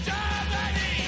Germany